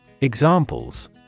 Examples